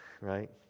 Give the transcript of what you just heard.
right